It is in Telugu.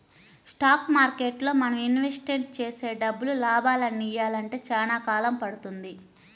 స్టాక్ మార్కెట్టులో మనం ఇన్వెస్ట్ చేసే డబ్బులు లాభాలనియ్యాలంటే చానా కాలం పడుతుంది